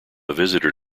visitor